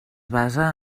basa